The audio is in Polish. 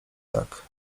tak